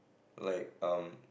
like um